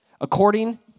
According